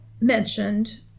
mentioned